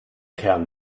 kern